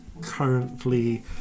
currently